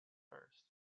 first